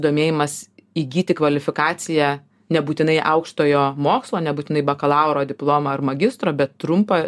domėjimas įgyti kvalifikaciją nebūtinai aukštojo mokslo nebūtinai bakalauro diplomą ar magistro bet trumpą